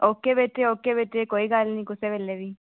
okay बेटे okay बेटे कोई गल्ल नी कुसै बेल्ले बी